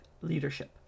leadership